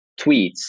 tweets